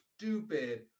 stupid